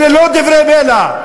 אלה לא דברי בלע,